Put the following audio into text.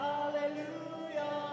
Hallelujah